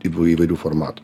įvairerių formatų